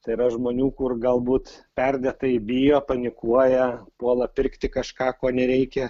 tai yra žmonių kur galbūt perdėtai bijo panikuoja puola pirkti kažką ko nereikia